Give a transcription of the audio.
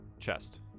chest